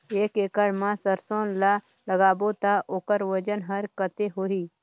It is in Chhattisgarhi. एक एकड़ मा सरसो ला लगाबो ता ओकर वजन हर कते होही?